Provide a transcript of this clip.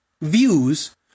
views